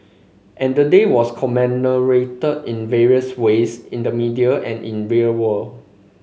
and the day was commemorated in various ways in the media and in real world